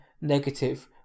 negative